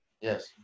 Yes